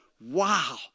wow